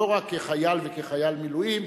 לא רק כחייל וכחייל מילואים,